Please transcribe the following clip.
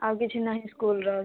ଆଉ କିଛି ନାହିଁ ସ୍କୁଲ ର